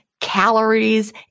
calories